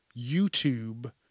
YouTube